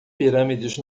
pirâmides